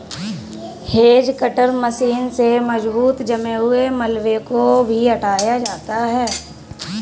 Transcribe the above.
hedge cutter machine से मजबूत जमे हुए मलबे को भी हटाया जाता है